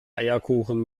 eierkuchen